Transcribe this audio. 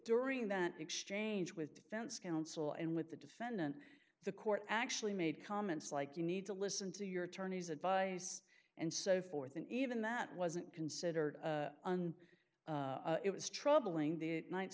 during that exchange with defense counsel and with the defendant the court actually made comments like you need to listen to your attorney's advice and so forth and even that wasn't considered until it was troubling the